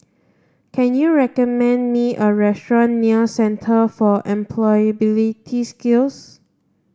can you recommend me a restaurant near Centre for Employability Skills